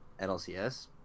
NLCS